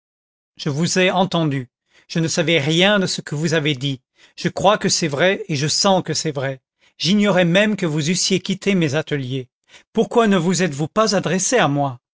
je vous ai entendue je ne savais rien de ce que vous avez dit je crois que c'est vrai et je sens que c'est vrai j'ignorais même que vous eussiez quitté mes ateliers pourquoi ne vous êtes-vous pas adressée à moi